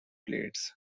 plates